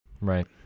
Right